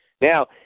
Now